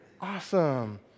Awesome